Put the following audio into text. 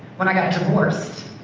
when i got divorced,